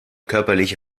körperliche